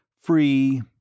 free